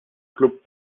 club